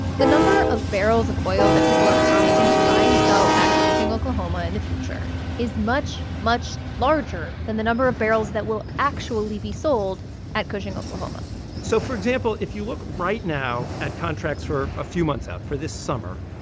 the number of barrels of oil that people are promising to buy and sell at cushing, okla. in ah and the future is much, much larger than the number of barrels that will actually be sold at cushing, okla ah so, for example, if you look right now at contracts for a few months out, for this summer,